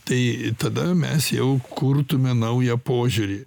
tai tada mes jau kurtume naują požiūrį